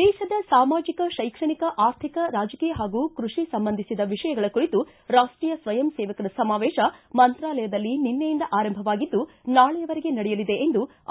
ದೇಶದ ಸಾಮಾಜಿಕ ಶೈಕ್ಷಣಿಕ ಆರ್ಥಿಕ ರಾಜಕೀಯ ಹಾಗೂ ಕೃಷಿ ಸಂಬಂಧಿಸಿದ ವಿಷಯಗಳ ಕುರಿತು ರಾಷ್ಟೀಯ ಸ್ವಯಂ ಸೇವಕರ ಸಮಾವೇಶ ಮಂತ್ರಾಲಯದಲ್ಲಿ ನಿನ್ನೆಯಿಂದ ಆರಂಭವಾಗಿದ್ದು ನಾಳೆಯವರೆಗೆ ನಡೆಯಲಿದೆ ಎಂದು ಆರ್